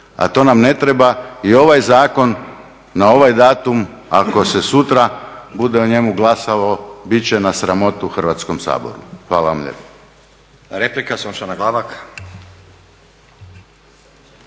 A to nam ne treba. I ovaj zakon na ovaj datum ako se sutra bude o njemu glasalo biti će na sramotu Hrvatskom saboru. Hvala vam lijepa.